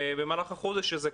במהלך החודש הזה,